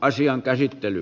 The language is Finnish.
asian käsittely